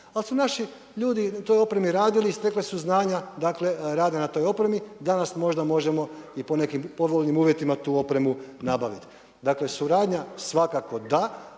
ali su naši ljudi na toj opremi radili, stekli su znanja, dakle rade na toj opremi. Danas možda možemo i po nekim povoljnijim uvjetima tu opremu nabaviti. Dakle, suradnja svakako da,